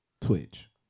Twitch